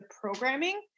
programming